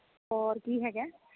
ਹੋਰ ਕੀ ਹੈਗਾ